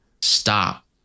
stop